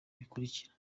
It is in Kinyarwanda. bikurikira